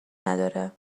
نداره